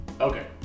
Okay